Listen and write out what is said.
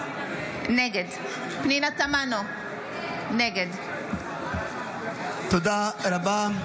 נגד פנינה תמנו, נגד תודה רבה.